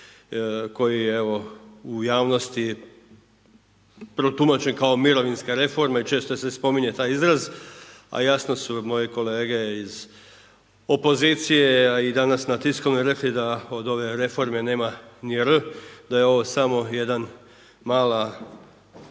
koji je evo, u javnosti protumačen kao mirovinska reforma i često se spominje taj izraz a jasno su moji kolege iz opozicije a i danas na tiskovnoj, rekli da od ove reforme nema ni “r“, da je ovo samo jedna mala